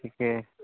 ठीके हइ